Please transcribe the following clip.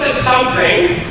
something